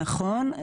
נכון.